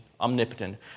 omnipotent